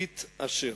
תתעשר,